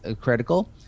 critical